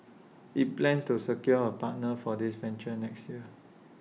IT plans to secure A partner for this venture next year